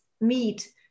meet